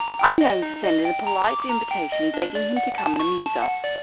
i'm going to send in a polite invitation begging him to come and amuse us.